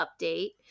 update